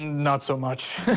not so much.